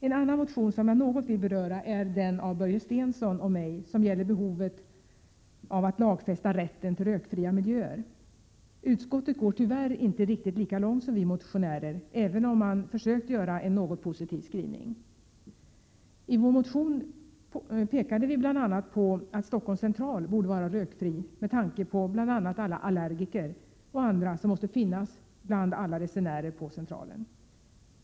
En annan motion som jag något vill beröra är den av Börje Stensson och mig som gäller behovet att lagfästa rätten till rökfria miljöer. Utskottet går tyvärr inte riktigt lika långt som vi motiona « iv n om man gjort en något positiv skrivning. I vår motion pekade vi bl.a. på att Stockholms Central borde vara rökfri med tanke på bl.a. alla allergiker och andra som måste finnas bland alla resenärer på Centralen.